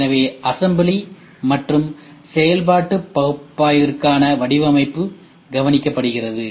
எனவே அசெம்பிளி மற்றும் செயல்பாட்டு பகுப்பாய்விற்கான வடிவமைப்பு கவனிக்கப்படுகிறது